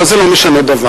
אבל זה לא משנה דבר,